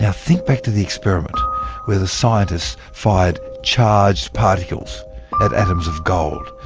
yeah think back to the experiment where the scientists fired charged particles at atoms of gold.